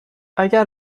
اگر